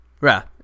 Right